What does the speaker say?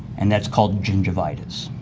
and that's called gingivitis.